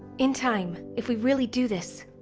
in time, if we really do this,